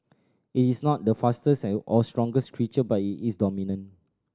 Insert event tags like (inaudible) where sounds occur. it is not the fastest (unintelligible) or strongest creature but it is dominant